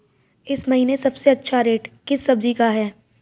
इस महीने सबसे अच्छा रेट किस सब्जी का है?